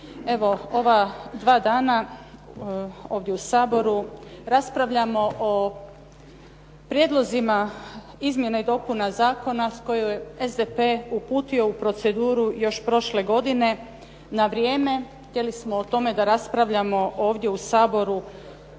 ova dva dana ovdje u Saboru raspravljamo o prijedlozima izmjena i dopuna zakona koje je SDP uputio u proceduru još prošle godine na vrijeme. Htjeli smo o tome da raspravljamo ovdje u Saboru